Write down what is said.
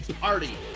party